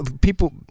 people